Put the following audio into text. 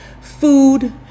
food